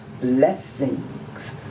blessings